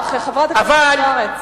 לא, לא, זה לא ויכוח, חברת הכנסת זוארץ.